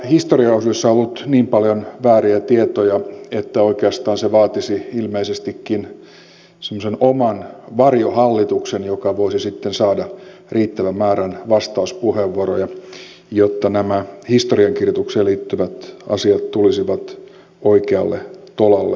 tässä historiaosuudessa on ollut niin paljon vääriä tietoja että oikeastaan se vaatisi ilmeisestikin semmoisen oman varjohallituksen joka voisi sitten saada riittävän määrän vastauspuheenvuoroja jotta nämä historiankirjoitukseen liittyvät asiat tulisivat oikealle tolalle